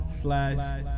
Slash